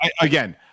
Again